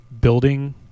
building